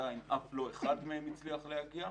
שעדיין אף לא אחד מהם לא הצליח להגיע.